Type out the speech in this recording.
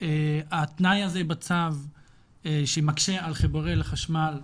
התנאי הזה בצו שמקשה על חיבור לחשמל,